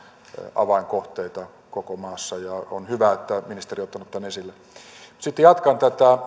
avainkohteita koko maassa on hyvä että ministeri on ottanut tämän esille sitten jatkan